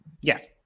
yes